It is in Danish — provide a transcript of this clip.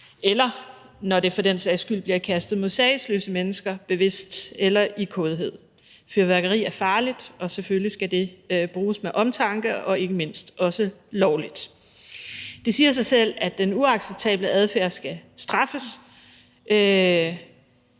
eller når det for den sags skyld bliver kastet mod sagesløse mennesker – bevidst eller i kådhed. Fyrværkeri er farligt, og selvfølgelig skal det bruges med omtanke og ikke mindst også lovligt. Det siger sig selv, at den uacceptable adfærd skal straffes,